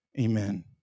Amen